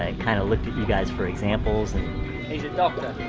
ah kind of looked at you guys for examples he's a doctor!